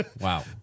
Wow